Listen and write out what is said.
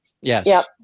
Yes